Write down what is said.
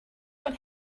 what